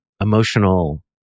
emotional